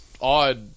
odd